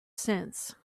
sense